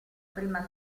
prima